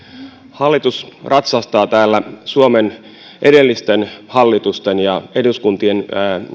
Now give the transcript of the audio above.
hallitus ratsastaa täällä suomen edellisten hallitusten ja eduskuntien